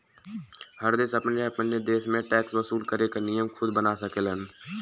हर देश अपने अपने देश में टैक्स वसूल करे क नियम खुद बना सकेलन